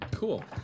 Cool